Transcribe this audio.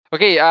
Okay